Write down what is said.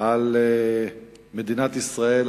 על מדינת ישראל,